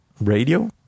radio